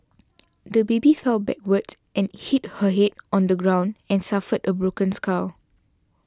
the baby fell backwards and hit her head on the ground and suffered a broken skull